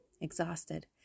exhausted